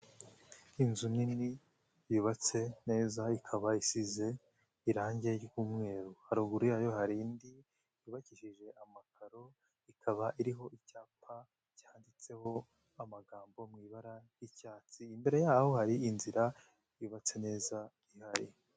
Inzu nini yubatse neza, ikaba isize irangi ry'umweru. Haruguru yayo hari indi yubakishije amakaro, ikaba iriho icyapa cyanditseho amagambo mu ibara ry'icyatsi, imbere yaho hari inzira yubatse neza ihari.